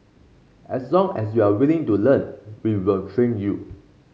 as long as you're willing to learn we will train you